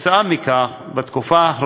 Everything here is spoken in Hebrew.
בעקבות זאת,